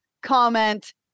comment